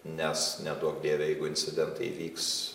nes neduok dieve jeigu incidentai įvyks